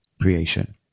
creation